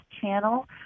channel